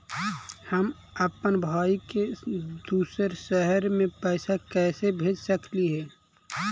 हम अप्पन भाई के दूसर शहर में पैसा कैसे भेज सकली हे?